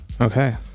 okay